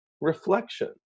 reflection